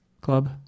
club